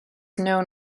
known